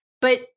But-